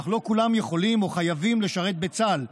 אך לא כולם יכולים או חייבים לשרת בצה"ל,